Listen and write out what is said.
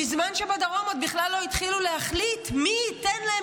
בזמן שבדרום עוד בכלל לא התחילו להחליט מי ייתן להם